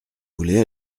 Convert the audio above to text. voulez